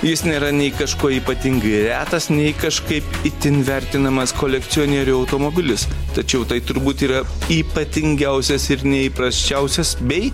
jis nėra nei kažkuo ypatingai retas nei kažkaip itin vertinamas kolekcionierių automobilis tačiau tai turbūt yra ypatingiausias ir neįprasčiausias bei